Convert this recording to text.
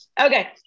Okay